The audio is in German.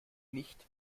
nicht